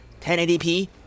1080p